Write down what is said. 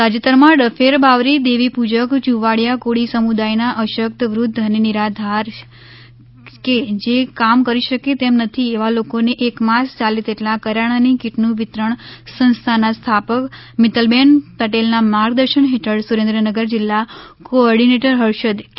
તાજેતરમાં ડફેર બાવરી દેવીપુજક ચુંવાળિયા કોળી સમુદાયના અશકત વૃદ્ધ અને નિરાધાર કે જે કામ કરી શકે તેમ નથી એવા લોકોને એક માસ યાલે તેટલા કરીયાણાની કીટનુ વિતરણ સંસ્થાના સ્થાપક મિતલબેન પટેલના માર્ગદર્શન હેઠળ સુરેન્દ્રનગર જીલ્લા કો ઓર્ડીનેટર હષઁદ કે